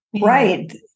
Right